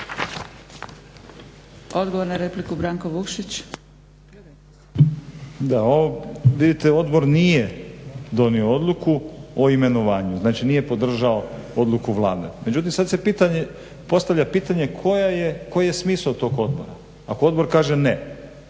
Odgovor na repliku, Branko Vukšić.